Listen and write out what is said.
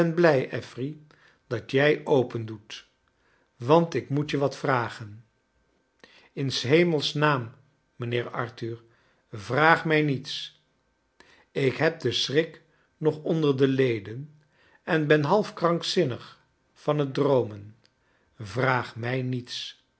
affery dat jij opendoet want ik moet je wat vtan in s hemels naam mijnheer arthur vraag mij niets ik heb den schrik nog onder de leden en ben half krankzinnig van het droomen vraag mij niets